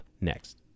next